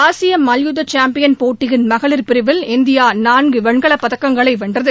ஆசிய மல்யுத்த சாம்பியன் போட்டியின் மகளிர் பிரிவில் இந்தியா நான்கு வெண்கலப் பதக்கங்களை வென்றது